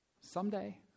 someday